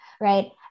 right